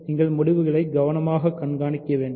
நீங்கள் முடிவுகளை கவனமாக கண்காணிக்க வேண்டும்